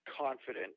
Confident